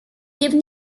given